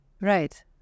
right